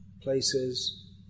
places